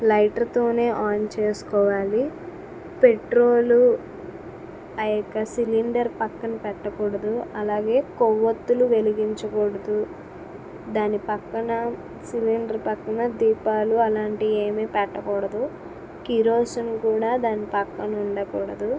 లైటర్తోనే on చేసుకోవాలి petrol ఆ యొక్క సిలెండర్ పక్కన పెట్టకూడదు అలాగే కొవ్వొత్తులు వెలిగించకూడదు దాని పక్కన సిలెండర్ పక్కన దీపాలు అలాంటివేమీ పెట్టకూడదు కిరోసిన్ కూడా దాని పక్కన ఉండకూడదు